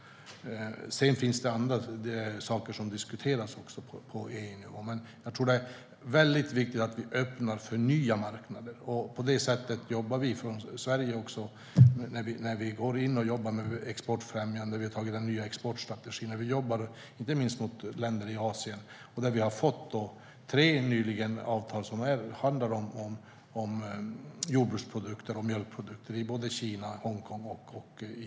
Sedan finns det också andra saker som diskuteras på EU-nivå. Det är väldigt viktigt att vi öppnar för nya marknader. På det sättet jobbar vi också exportfrämjande från Sverige. Vi har antagit den nya exportstrategin. Vi jobbar inte minst mot länder i Asien. Vi har nyligen fått tre avtal som handlar om jordbruksprodukter och mjölkprodukter i såväl Kina och Hongkong som Japan.